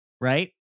right